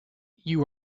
you